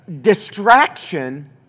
distraction